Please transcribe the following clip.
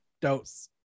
Dose